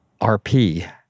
RP